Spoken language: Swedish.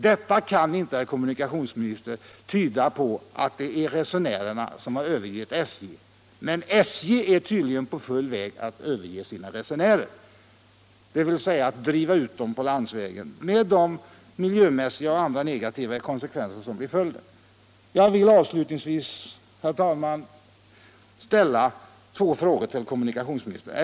Detta kan inte, herr kommunikationsminister, tyda på att det är resenärerna som övergett SJ, men SJ är tydligen på full väg att överge sina resenärer, dvs. att driva ut dem på landsvägen med de miljömässiga och andra negativa konsekvenser som blir följden härav. Jag vill avslutningsvis, herr talman, ställa två frågor till kommunikationsministern: 1.